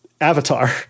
Avatar